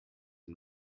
and